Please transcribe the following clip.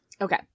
Okay